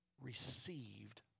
received